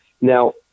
Now